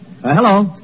Hello